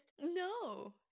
No